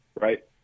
Right